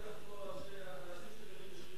לא שר האוצר,